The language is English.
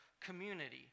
community